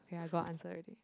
ya I got answer already